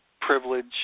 privilege